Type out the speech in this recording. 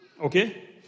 Okay